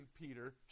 Peter